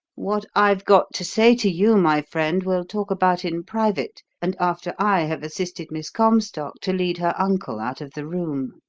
what i've got to say to you, my friend, we'll talk about in private, and after i have assisted miss comstock to lead her uncle out of the room.